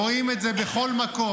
רואים את זה בכל מקום.